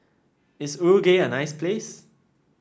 is Uruguay a nice place